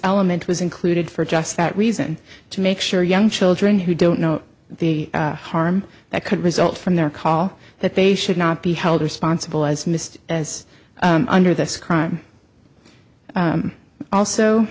element was included for just that reason to make sure young children who don't know the harm that could result from their call that they should not be held responsible as missed as under this crime also